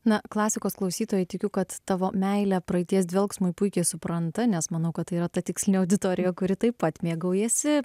na klasikos klausytojai tikiu kad tavo meilę praeities dvelksmui puikiai supranta nes manau kad tai yra ta tikslinė auditorija kuri taip pat mėgaujasi